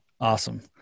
Awesome